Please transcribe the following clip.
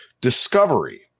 discovery